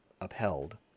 upheld